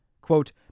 Quote